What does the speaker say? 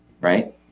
right